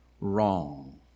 wrong